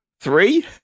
three